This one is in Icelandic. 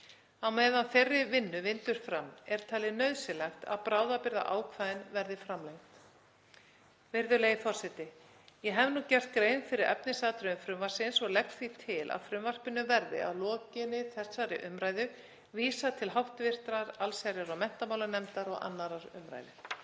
Á meðan þeirri vinnu vindur fram er talið nauðsynlegt að bráðabirgðaákvæðin verði framlengd. Virðulegi forseti. Ég hef nú gert grein fyrir efnisatriðum frumvarpsins og legg því til að frumvarpinu verði að lokinni þessarar umræðu vísað til hv. allsherjar- og menntamálanefndar og 2. umræðu.